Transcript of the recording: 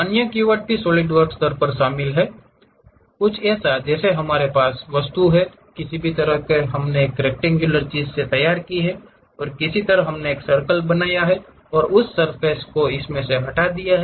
और अन्य कीवर्ड भी सॉलिडवर्क्स स्तर पर शामिल हैं कुछ ऐसा है जैसे हमारे पास यह वस्तु है किसी भी तरह हमने एक रेक्तेंग्युलर चीज़ से तैयार किया है और किसी तरह हमने एक सर्कल बनाया है और उस सर्फ़ेस को हटा दिया है